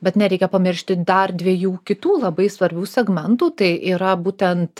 bet nereikia pamiršti dar dviejų kitų labai svarbių segmentų tai yra būtent